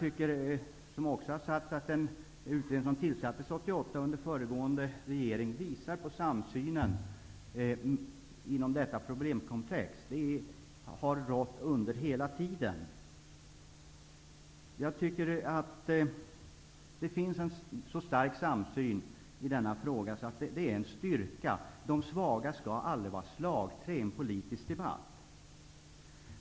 Den utredning som tillsattes av den förgående regeringen år 1988 visar på samsynen inom detta problemkomplex. Samsynen i denna fråga är en styrka. De svaga skall aldrig få utnyttjas som slagträn i en politisk debatt.